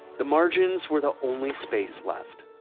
the margins were the only space left.